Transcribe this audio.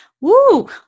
Woo